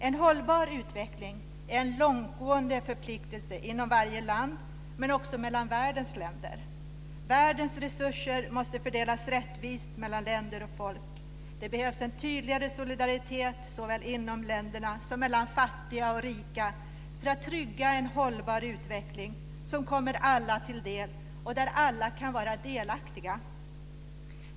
En hållbar utveckling är en långtgående förpliktelse inom varje land men också mellan världens länder. Världens resurser måste fördelas rättvist mellan länder och folk. Det behövs en tydligare solidaritet såväl inom länderna som mellan fattiga och rika för att trygga en hållbar utveckling som kommer alla till del och där alla kan vara delaktiga.